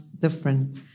Different